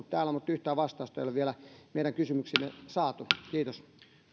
täällä mutta yhtään vastausta ei ole vielä meidän kysymyksiimme saatu kiitos